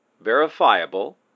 verifiable